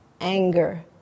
anger